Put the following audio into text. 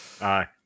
Aye